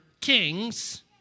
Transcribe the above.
kings